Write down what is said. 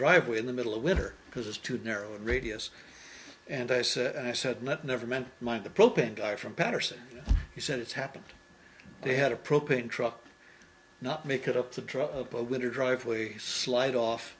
driveway in the middle of winter because it's too narrow a radius and i said and i said let never meant mind the propane guy from patterson he said it's happened they had a propane truck not make it up to try a winter drive we slide off